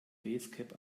basecap